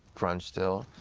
grunge still,